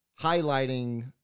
highlighting